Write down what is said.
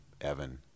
Evan